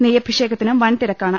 നെയ്യഭിഷേകത്തിനും വൻതിരക്കാണ്